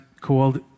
called